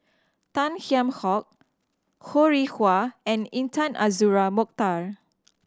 Tan Kheam Hock Ho Rih Hwa and Intan Azura Mokhtar